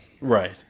right